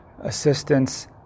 assistance